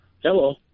Hello